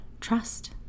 trust